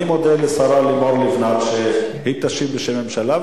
אני מודה לשרה לימור לבנת שהיא תשיב בשם הממשלה,